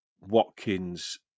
Watkins